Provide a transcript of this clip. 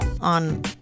on